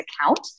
account